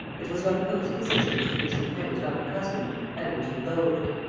it was one of those positions to which lupin was not accustomed and which he loathed.